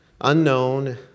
unknown